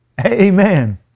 Amen